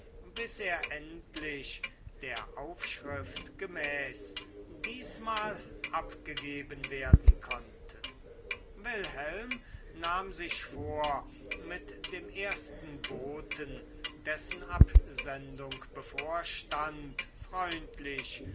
bis er endlich der aufschrift gemäß diesmal abgegeben werden konnte wilhelm nahm sich vor mit dem ersten boten dessen absendung bevorstand freundlich